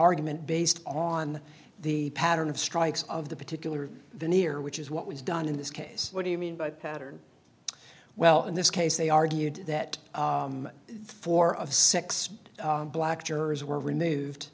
argument based on the pattern of strikes of the particular veneer which is what was done in this case what do you mean by pattern well in this case they argued that four of six black jurors were removed